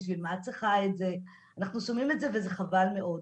"..בשביל מה את צריכה את זה?.." אנחנו שומעים את זה וזה חבל מאוד.